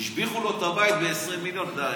השביחו לו את הבית ב-20 מיליון.